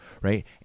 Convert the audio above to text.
right